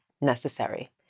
necessary